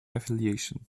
affiliation